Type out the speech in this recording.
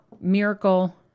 miracle